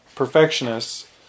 perfectionists